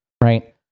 right